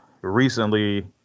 Recently